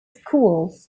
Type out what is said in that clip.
schools